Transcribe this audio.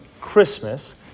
Christmas